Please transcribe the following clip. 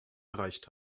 erreicht